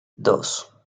dos